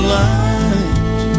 light